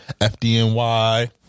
FDNY